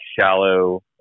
shallow